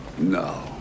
No